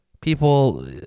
People